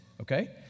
okay